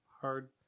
hard